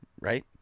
right